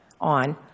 on